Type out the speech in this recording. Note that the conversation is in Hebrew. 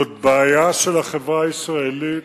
זו בעיה של החברה הישראלית,